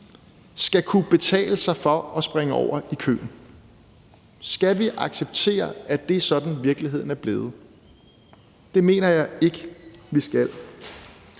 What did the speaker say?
skal kunne betale for at springe over i køen. Skal vi acceptere, at det er sådan, virkeligheden er blevet? Det mener jeg ikke vi skal.